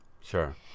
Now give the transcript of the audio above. sure